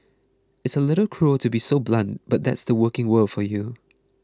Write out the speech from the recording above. it's a little cruel to be so blunt but that's the working world for you